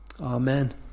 amen